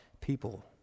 people